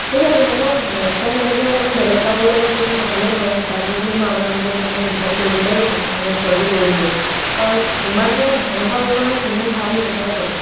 ঠিক আছে মানে নেক্সট টাইম এনেকৈ মানে বেলেগ কাৰো লগত যাতে নহ'লে হয় তাকে বুলি মই আপোনালোকক মানে ইনফৰ্ম কৰিবলৈ মানে কলটো কৰি দিলোঁ কাৰণ ইমানটো এনেকুৱা ব্যৱহাৰ কোনো ভাল নাপায় তো